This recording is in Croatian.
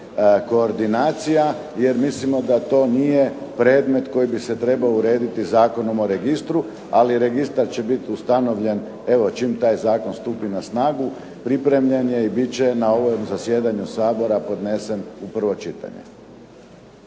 koordinacija, jer mislimo da to nije predmet koji bi se trebao urediti Zakonom o registru, ali registar će biti ustanovljen evo čim taj zakon stupi na snagu, pripremljen je i bit će na ovom zasjedanju Sabora podnesen u prvo čitanje.